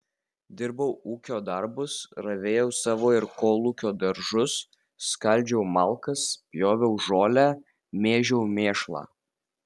dirbau ūkio darbus ravėjau savo ir kolūkio daržus skaldžiau malkas pjoviau žolę mėžiau mėšlą